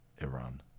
Iran